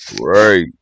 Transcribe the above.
right